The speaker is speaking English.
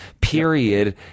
period